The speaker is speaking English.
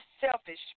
selfish